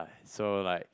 so like